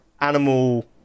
Animal